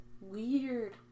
weird